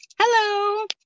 Hello